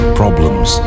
problems